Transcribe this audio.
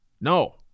No